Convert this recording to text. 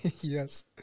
Yes